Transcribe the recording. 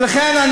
ולכן,